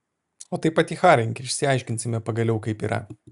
o tai paticharink ir išsiaiškinsime pagaliau kaip yra